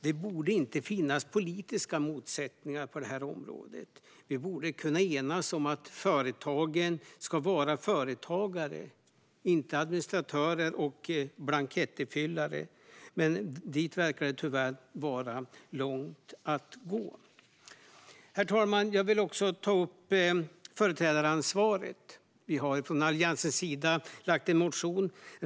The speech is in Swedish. Det borde inte finnas politiska motsättningar på detta område. Vi borde kunna enas om att företagare ska vara företagare, inte administratörer och blankettifyllare. Dit verkar det dock tyvärr vara långt att gå. Herr talman! Jag vill också ta upp företrädaransvaret. Vi har från Alliansens sida lagt fram en motion.